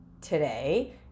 today